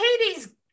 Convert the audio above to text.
Hades